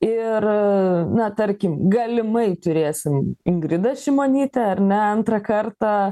ir na tarkim galimai turėsim ingridą šimonytę ar ne antrą kartą